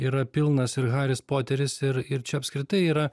yra pilnas ir haris poteris ir ir čia apskritai yra